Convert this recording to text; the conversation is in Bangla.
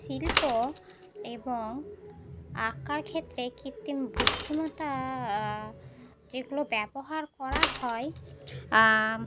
শিল্প এবং আঁকার ক্ষেত্রে কৃত্রিম বুদ্ধিমত্তা যেগুলো ব্যবহার করা হয়